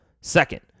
Second